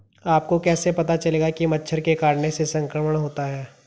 आपको कैसे पता चलेगा कि मच्छर के काटने से संक्रमण होता है?